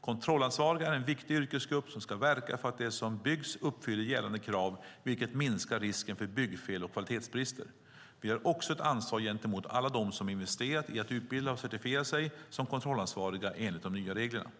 Kontrollansvariga är en viktig yrkesgrupp som ska verka för att det som byggs uppfyller gällande krav, vilket minskar risken för byggfel och kvalitetsbrister. Vi har också ett ansvar gentemot alla de som investerat i att utbilda och certifiera sig som kontrollansvariga enligt de nya reglerna.